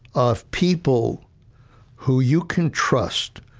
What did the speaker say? of people who you can trust,